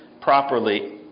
properly